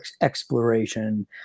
exploration